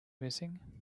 missing